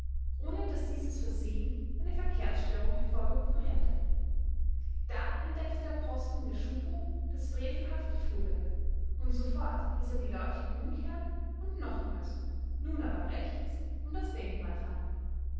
ohne daß dieses versehen eine verkehrsstörung hervorgerufen hätte da entdeckte der posten der schupo das frevelhafte fuhrwerk und sofort hieß er die leutchen umkehren und nochmals nun aber rechts um das denkmal fahren